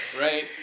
Right